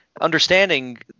understanding